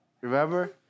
Remember